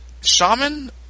Shaman